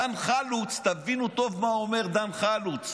דן חלוץ, תבינו טוב מה אומר דן חלוץ